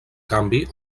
canvi